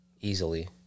easily